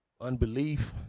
unbelief